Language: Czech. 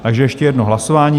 Takže ještě jedno hlasování.